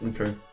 Okay